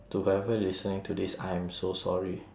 to whoever listening to this I am so sorry